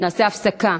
נעשה הפסקה.